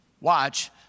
watch